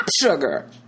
Sugar